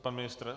Pan ministr?